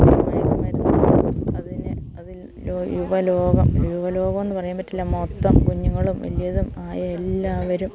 അതിൽ യുവലോകം യുവലോകമെന്ന് പറയാൻ പറ്റില്ല മൊത്തം കുഞ്ഞുങ്ങളും വലിയവരുമായ എല്ലാവരും